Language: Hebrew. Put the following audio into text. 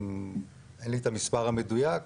אין לי את המספר המדויק,